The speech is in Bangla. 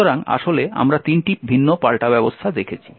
সুতরাং আসলে আমরা তিনটি ভিন্ন পাল্টা ব্যবস্থা দেখেছি